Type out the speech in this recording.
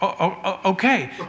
Okay